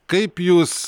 kaip jūs